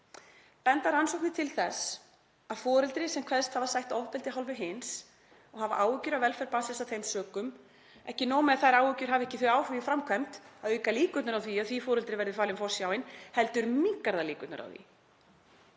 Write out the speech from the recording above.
Benda rannsóknir til þess að foreldri sem kveðst hafa sætt ofbeldi af hálfu hins og hafa áhyggjur af velferð barnsins af þeim sökum — ekki nóg með að þær áhyggjur hafi ekki þau áhrif í framkvæmd að auka líkurnar á því að því foreldri verði falin forsjá heldur minnkar það líkurnar á því